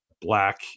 black